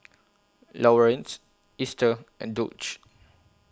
Lawerence Easter and Dulce